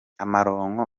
amaronko